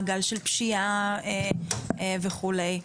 מעגל של פשיעה וכולי.